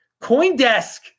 Coindesk